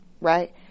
Right